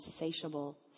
insatiable